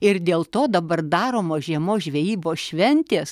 ir dėl to dabar daromos žiemos žvejybos šventės